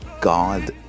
God